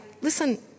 listen